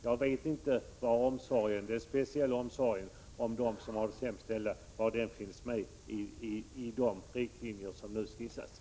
Jag vet inte var den speciella omsorgen om de sämst ställda finns i de riktlinjer som nu skisseras.